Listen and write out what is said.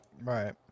Right